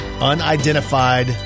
Unidentified